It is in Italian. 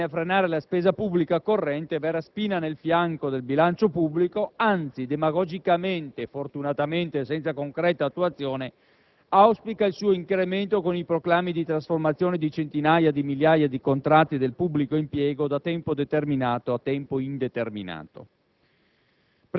non interviene a frenare la spesa pubblica corrente, vera spina nel fianco del bilancio pubblico, anzi, demagogicamente e fortunatamente senza concreta attuazione, auspica il suo incremento con i proclami di trasformazione di centinaia di migliaia di contratti del pubblico impiego da tempo determinato a tempo indeterminato.